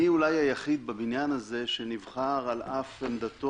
אני אולי היחיד בבניין הזה שנבחר על אף עמדתו